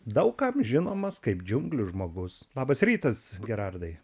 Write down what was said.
daug kam žinomas kaip džiunglių žmogus labas rytas gerardai